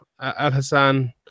Al-Hassan